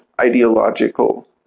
ideological